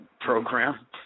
program